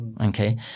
Okay